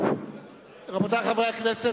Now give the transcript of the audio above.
רבותי חברי הכנסת,